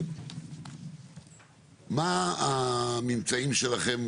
מה הממצאים שלכם?